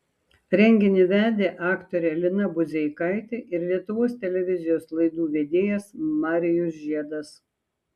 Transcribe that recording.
renginį vedė aktorė lina budzeikaitė ir lietuvos televizijos laidų vedėjas marijus žiedas